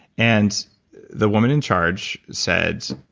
and the woman in charge said,